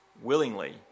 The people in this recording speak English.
willingly